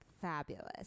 Fabulous